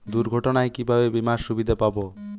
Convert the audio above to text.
দুর্ঘটনায় কিভাবে বিমার সুবিধা পাব?